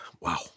wow